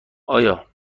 آیا